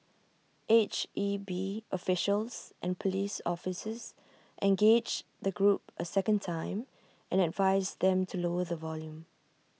H E B officials and Police officers engaged the group A second time and advised them to lower the volume